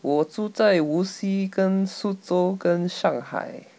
我住在无锡跟苏州跟上海